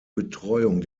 betreuung